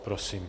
Prosím.